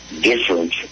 different